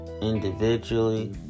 Individually